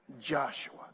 Joshua